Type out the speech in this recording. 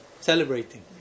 celebrating